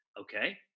Okay